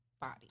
Body